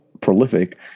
prolific